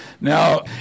Now